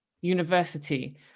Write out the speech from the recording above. university